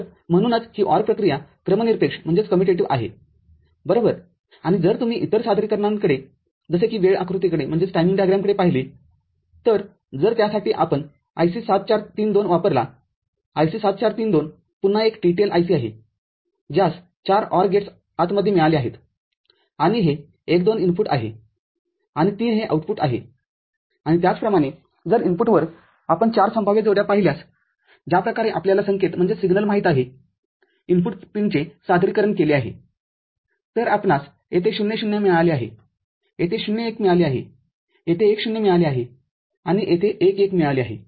तर म्हणूनच ही OR प्रक्रिया क्रमनिरपेक्ष आहे बरोबर आणि जर तुम्ही इतर सादरीकरणांकडे जसे कि वेळ आकृतीकडे पाहिले तरजर त्यासाठी आपण IC ७४३२ वापरला IC ७४३२ पुन्हा एक TTL IC आहे ज्यास ४ OR गेट्सआतमध्ये मिळाले आहेत आणि हे १ २ इनपुटआहे आणि ३ हे आऊटपुट आहे आणि त्याचप्रमाणे जर इनपुटवर आपण ४ संभाव्य जोड्या पाहिल्यास ज्या प्रकारे आपल्याला संकेत माहित आहेइनपुट पिनचेसादरीकरण केले आहे तरआपणास येथे ० ० मिळाले आहे येथे ० १ मिळाले आहे येथे १ ० मिळाले आहे आणि येथे १ १ मिळाले आहे